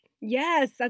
Yes